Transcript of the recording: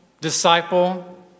disciple